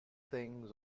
things